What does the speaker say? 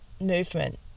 movement